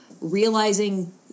realizing